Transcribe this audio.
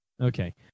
Okay